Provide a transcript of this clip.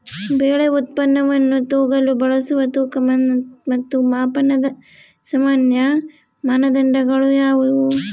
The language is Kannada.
ಬೆಳೆ ಉತ್ಪನ್ನವನ್ನು ತೂಗಲು ಬಳಸುವ ತೂಕ ಮತ್ತು ಮಾಪನದ ಸಾಮಾನ್ಯ ಮಾನದಂಡಗಳು ಯಾವುವು?